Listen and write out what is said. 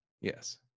Yes